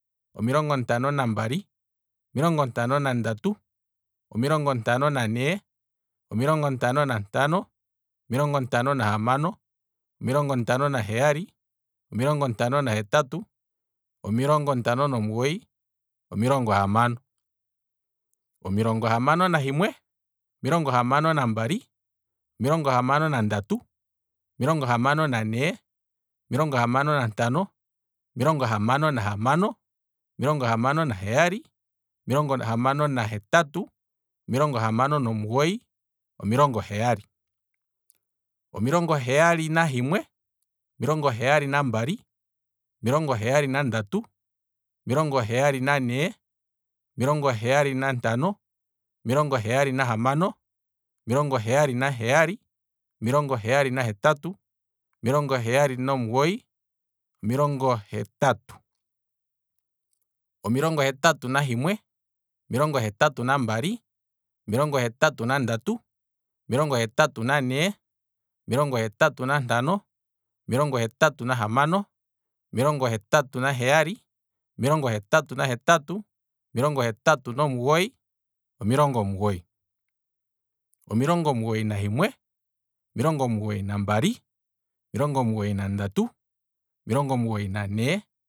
Omilongo ntano nambali, omilongo ntano nandatu, omilongo ntano nane, omilongo ntano nahamano, omilongo ntano naheyali, omilongo ntano nahetatu, omilongo ntano nomugoyi, omilongo hamano, omilongo hamano nahimwe, omilongo hamano nambali, omilongo hamano nandatu, omilongo hamano nane, omilongo hamano nantano, omilongo hamano nahamano, omilongo hamano naheyali, omilongo hamano nahetatu, omilongo hamano nomugoyi, omilongo heyali, omilongo heyali nahimwe, omilongo heyali nambali, omilongo heyali nandatu, omilongo heyali nane, omilongo heyali nantano, omilongo heyali nahamano, omilongo heyali naheyali, omilongo heyali nahetatu, omilongo heyali nomugoyi, omilongo hetatu, omilongo hetatu nahimwe, omilongo hetatu nambali, omilongo hetatu nandatu, omilongo hetatu nane, omilongo hetatu nantano, omilongo hetatu nahamano, omilongo hetatu naheyali, omilongo hetatu nahetatu, omilongo hetatu nomugoyi, omilongo omugoyi, omilongo omugoyi nahimwe, omilongo omugoyi nambali, omilongo omugoyi nandatu, omilongo omugoyi nane.